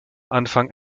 anfang